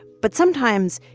but sometimes,